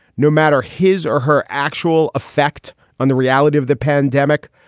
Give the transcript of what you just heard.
no matter his or her actual affect on the reality of the pandemic,